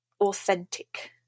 authentic